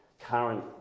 current